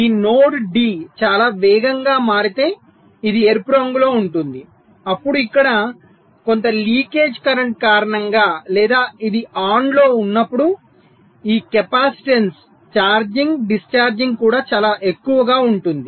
ఈ node D చాలా వేగంగా మారితే ఇది ఎరుపు రంగులో ఉంటుంది అప్పుడు ఇక్కడ కొంత లీకేజ్ కరెంట్ కారణంగా లేదా ఇది ఆన్లో ఉన్నప్పుడు ఈ కెపాసిటెన్స్ ఛార్జింగ్ డిశ్చార్జింగ్ కూడా చాలా ఎక్కువగా ఉంటుంది